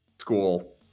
school